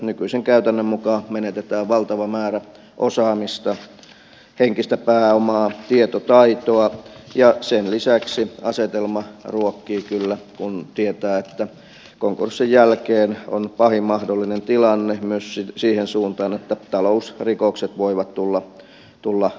nykyisen käytännön mukaan menetetään valtava määrä osaamista henkistä pääomaa tietotaitoa ja sen lisäksi asetelma ruokkii kyllä kun tietää että konkurssin jälkeen on pahin mahdollinen tilanne myös menoa siihen suuntaan että talousrikokset voivat tulla houkuttelevammiksi